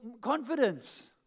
confidence